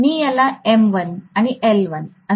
मी याला M1 आणि L1 असे म्हणतो